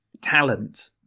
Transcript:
talent